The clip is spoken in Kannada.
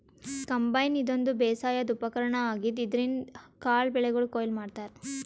ಕಂಬೈನ್ ಇದೊಂದ್ ಬೇಸಾಯದ್ ಉಪಕರ್ಣ್ ಆಗಿದ್ದ್ ಇದ್ರಿನ್ದ್ ಕಾಳ್ ಬೆಳಿಗೊಳ್ ಕೊಯ್ಲಿ ಮಾಡ್ತಾರಾ